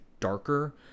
darker